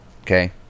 Okay